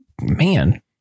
man